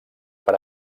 per